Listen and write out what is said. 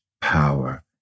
power